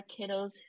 kiddos